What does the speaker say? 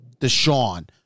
Deshaun